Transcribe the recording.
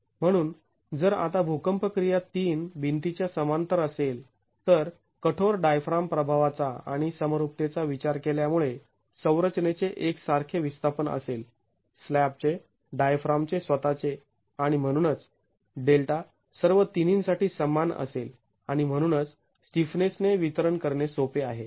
म्हणून जर आता भूकंप क्रिया ३ भिंतीच्या समांतर असेल तर कठोर डायफ्राम प्रभावाचा आणि समरुपतेचा विचार केल्यामुळे संरचनेचे एक सारखे विस्थापन असेल स्लॅबचे डायफ्रामचे स्वतःचे आणि म्हणूनच Δ सर्व तिन्हींसाठी समान असेल आणि म्हणूनच स्टिफनेसने वितरण करणे सोपे आहे